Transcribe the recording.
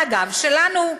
על הגב שלנו.